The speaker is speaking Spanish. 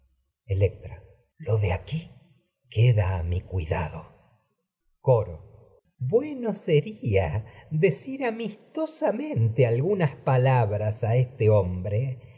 electra coro lo me retiro de aquí queda a mi cuidado decir bueno seria amistosamente algunas impensa palabras a este hombre